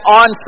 on